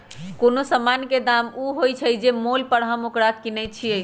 कोनो समान के दाम ऊ होइ छइ जे मोल पर हम ओकरा किनइ छियइ